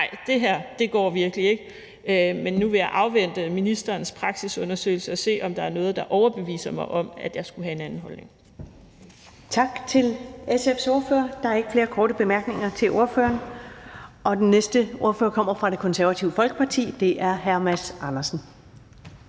Nej, det her går virkelig ikke. Men nu vil jeg afvente ministerens praksisundersøgelse og se, om der er noget, der overbeviser mig om, at jeg skulle få en anden holdning.